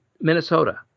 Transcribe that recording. Minnesota